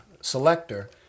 selector